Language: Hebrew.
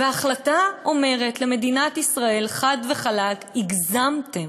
וההחלטה אומרת למדינת ישראל חד וחלק: הגזמתם,